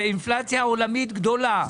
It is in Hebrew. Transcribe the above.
אינפלציה עולמית גדולה.